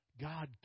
God